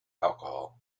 alcohol